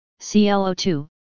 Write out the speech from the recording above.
ClO2